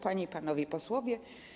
Panie i Panowie Posłowie!